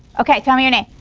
okay, tell me your name.